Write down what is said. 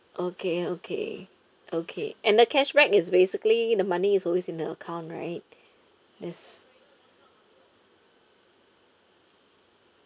okay okay okay and the cashback is basically the money is always in the account right there's